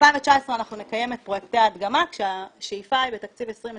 ב-2019 אנחנו נקיים את פרויקטי ההדגמה כשהשאיפה בתקציב 2020